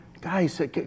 guys